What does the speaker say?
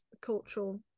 cultural